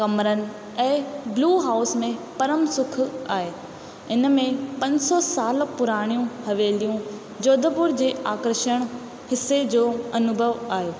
कमरनि ऐं blue house में परम सुख आहे इन में पंज सौ साल पुराणियूं हवेलियूं जोधपुर जे आक्रषण हिसे जो अनुभव आहे